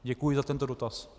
Děkuji za tento dotaz.